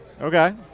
Okay